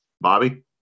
Bobby